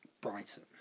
Brighton